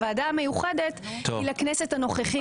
הוועדה המיוחדת היא לכנסת הנוכחית.